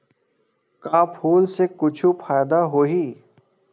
का फूल से कुछु फ़ायदा होही?